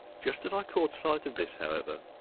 just as i caught sight of this, however,